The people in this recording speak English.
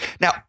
Now